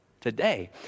today